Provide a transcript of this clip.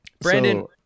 Brandon